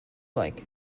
like